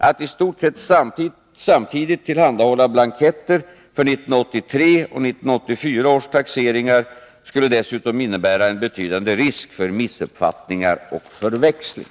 Att i stort sett samtidigt tillhandahålla blanketter för 1983 och 1984 års taxeringar skulle dessutom innebära en betydande risk för missuppfattningar och förväxling.